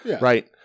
Right